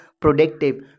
productive